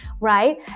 right